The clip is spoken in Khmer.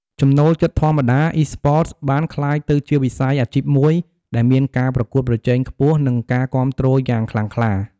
ចំណូលចិត្តធម្មតា Esports បានក្លាយទៅជាវិស័យអាជីពមួយដែលមានការប្រកួតប្រជែងខ្ពស់ និងការគាំទ្រយ៉ាងខ្លាំងក្លា។